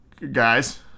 Guys